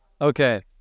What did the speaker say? Okay